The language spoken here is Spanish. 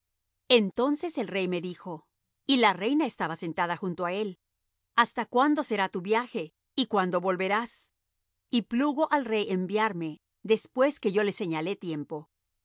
entonces el rey me dijo y la reina estaba sentada junto á él hasta cuándo será tu viaje y cuándo volverás y plugo al rey enviarme después que yo le señalé tiempo